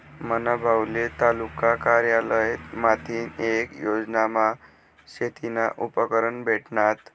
मना भाऊले तालुका कारयालय माथीन येक योजनामा शेतीना उपकरणं भेटनात